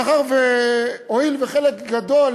הואיל וחלק גדול,